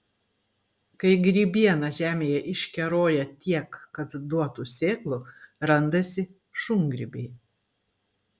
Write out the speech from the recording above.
kai grybiena žemėje iškeroja tiek kad duotų sėklų randasi šungrybiai